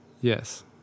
Yes